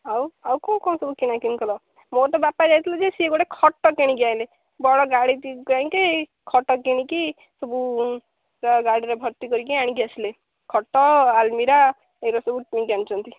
ଆଉ ଆଉ କେଉଁ କ'ଣ ସବୁ କିଣାକିଣି କଲ ମୋର ତ ବାପା ଯାଇଥିଲେ ଯେ ସିଏ ଗୋଟେ ଖଟ କିଣିକି ଆଣିଲେ ବଡ଼ ଗାଡ଼ି ଯାଇକି ଖଟ କିଣିକି ସବୁ ଗାଡ଼ିରେ ଭର୍ତ୍ତି କରିକି ଆଣିକି ଆସିଲେ ଖଟ ଆଲମିରା ଏ ଗୁରା ସବୁ କିଣିକି ଆଣିଛନ୍ତି